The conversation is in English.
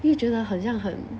又觉得很像很